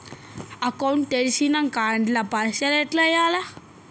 Account తెరిచినాక అండ్ల పైసల్ ఎట్ల వేయాలే?